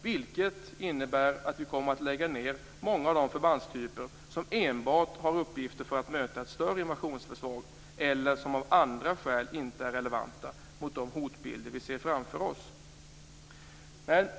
Det innebär att vi kommer att lägga ned många av de förbandstyper som enbart har uppgifter att möta ett större invasionsföretag eller som av andra skäl inte är relevanta mot de hotbilder vi ser framför oss.